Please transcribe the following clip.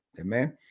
Amen